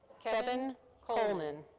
kevin coleman.